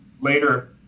later